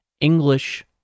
English